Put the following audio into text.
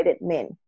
men